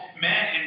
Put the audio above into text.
men